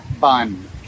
bun